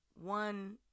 One